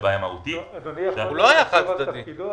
חד-צדדי.